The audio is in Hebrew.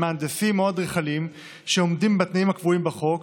מהנדסים או אדריכלים שעומדים בתנאים הקבועים בחוק,